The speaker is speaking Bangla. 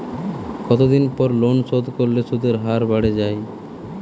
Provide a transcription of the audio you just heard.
কতদিন পর লোন শোধ করলে সুদের হার বাড়ে য়ায়?